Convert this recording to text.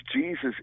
Jesus